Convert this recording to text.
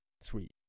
Sweet